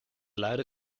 luide